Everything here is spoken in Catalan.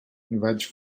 vaig